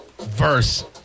verse